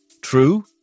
True